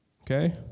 Okay